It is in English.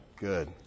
Good